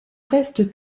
reste